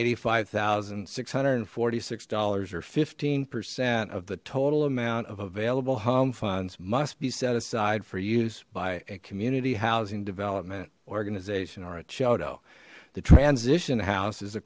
eighty five thousand six hundred and forty six dollars or fifteen percent of the total amount of available home funds must be set aside for use by a community housing development organization or a chotto the transition house is a